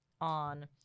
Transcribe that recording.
on